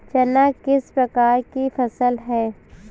चना किस प्रकार की फसल है?